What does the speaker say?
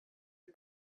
are